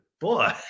Boy